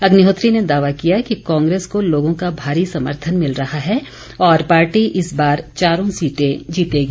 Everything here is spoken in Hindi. अग्निहोत्री ने दावा किया कि कांग्रेस को लोगों का भारी समर्थन मिल रहा है और पार्टी इस बार चारों सीटें जीतेगी